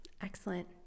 Excellent